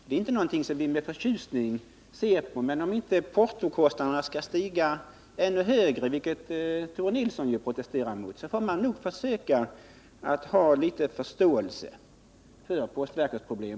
Det är ingenting som viser med förtjusning, men om inte portokostnaderna skall stiga ännu högre, vilket ju Tore Nilsson protesterade emot, får man nog försöka att ha litet förståelse också för postverkets problem.